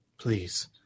Please